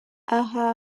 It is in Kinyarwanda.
aha